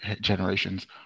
generations